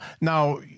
Now